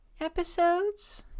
episodes